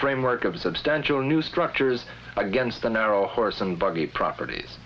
framework of substantial new structures against the narrow horse and buggy properties